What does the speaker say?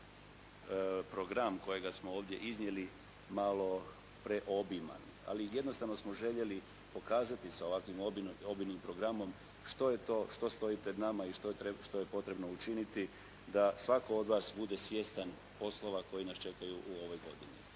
program kojega smo ovdje iznijeli malo preobiman, ali jednostavno smo željeli pokazati sa ovakvim obimnim programom što je to što stoji pred nama i što je potrebno učiniti da svatko od vas bude svjestan poslova koji nas čekaju u ovoj godini.